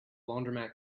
laundromat